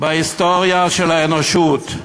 בהיסטוריה של האנושות,